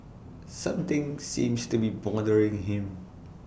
something seems to be bothering him